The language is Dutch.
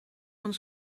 van